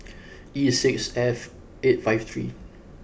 E six F eight five three